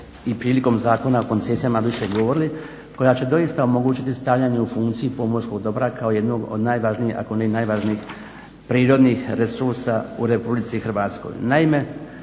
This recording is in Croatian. i prilikom Zakona o koncesijama više govorili, koja će doista omogućiti stavljanje u funkciju pomorskog dobra kao jednog od najvažnijih ako ne i najvažnijih prirodnih resursa u RH.